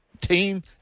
team